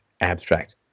abstract